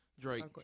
Drake